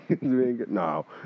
No